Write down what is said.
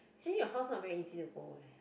actually your house not very easy to go eh